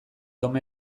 tom